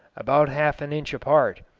about half an inch apart,